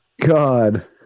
God